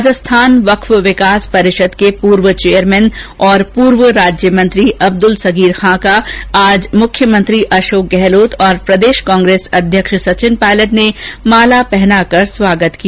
राजस्थान वक्फ विकास परिषद के पूर्व चेयरमैन और पूर्व राज्य मंत्री अब्दल सगीर खान का आज मुख्यमंत्री अशोक गहलोत और प्रदेश कांग्रेस अध्यक्ष सचिन पायलट ने माला महनाकर स्वागत किया